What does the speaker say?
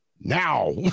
now